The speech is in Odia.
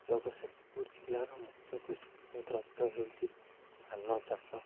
ଜଗତସିଂହପୁର ଜିଲ୍ଲାର ମୁଖ୍ୟ କୃଷିଜାତ ଦ୍ରବ୍ୟ ହେଉଛି ଧାନ ଚାଷ